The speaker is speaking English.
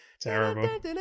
Terrible